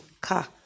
car